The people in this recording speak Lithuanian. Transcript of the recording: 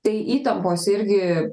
tai įtampos irgi